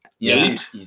Eight